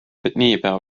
niipea